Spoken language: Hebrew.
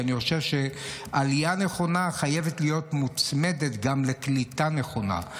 כי אני חושב שעלייה נכונה חייבת להיות מוצמדת גם לקליטה נכונה.